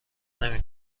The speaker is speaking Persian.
نمی